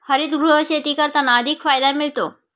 हरितगृह शेती करताना अधिक फायदा मिळतो